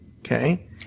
Okay